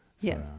Yes